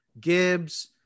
gibbs